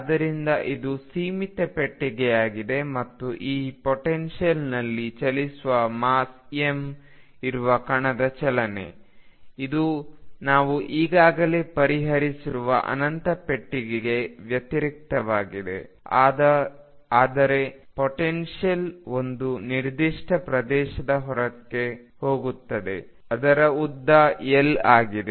ಆದ್ದರಿಂದ ಇದು ಸೀಮಿತ ಪೆಟ್ಟಿಗೆಯಾಗಿದೆ ಮತ್ತು ಈ ಪೊಟೆನ್ಶಿಯಲ್ನಲ್ಲಿ ಚಲಿಸುವ ಮಾಸ್ ಎಂ ಇರುವ ಕಣದ ಚಲನೆಯ ಇದು ನಾವು ಈಗಾಗಲೇ ಪರಿಹರಿಸಿರುವ ಅನಂತ ಪೆಟ್ಟಿಗೆಗೆ ವ್ಯತಿರಿಕ್ತವಾಗಿದೆ ಅದರ ಪೊಟೆನ್ಶಿಯಲ್ ಒಂದು ನಿರ್ದಿಷ್ಟ ಪ್ರದೇಶದ ಹೊರಕ್ಕೆ ಹೋಗುತ್ತದೆ ಅದರ ಉದ್ದ L ಆಗಿದೆ